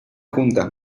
juntas